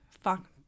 Fuck